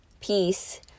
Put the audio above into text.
peace